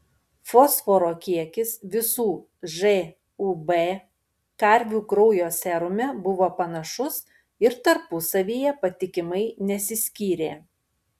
fosforo kiekis visų žūb karvių kraujo serume buvo panašus ir tarpusavyje patikimai nesiskyrė